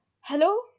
Hello